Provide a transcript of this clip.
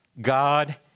God